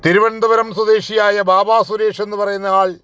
തിരുവനന്തപുരം സ്വദേശിയായ വാവാ സുരേഷ് എന്ന് പറയുന്ന ആൾ